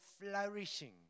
flourishing